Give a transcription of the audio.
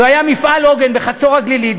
שהיה מפעל עוגן בחצור-הגלילית,